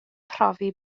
profi